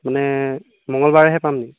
মানে মঙলবাৰেহে পাম নেকি